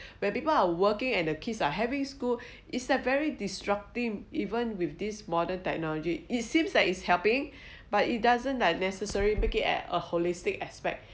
when people are working and the kids are having school it's a very disruptive even with this modern technology it seems like it's helping but it doesn't like necessary make it at a holistic aspect